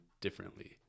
differently